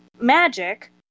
magic